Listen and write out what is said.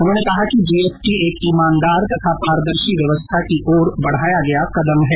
उन्होंने कहा कि जीएसटी एक ईमानदार तथा पारदर्शी व्यवस्था की ओर बढाया गया कदम है